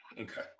Okay